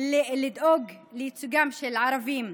לדאוג לייצוגם של ערבים,